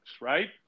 right